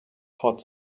hot